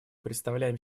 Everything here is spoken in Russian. представляем